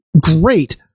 great